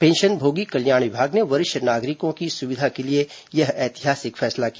पेंशनभोगी कल्याण विभाग ने वरिष्ठ नागरिकों की सुविधा के लिए यह ऐतिहासिक फैसला किया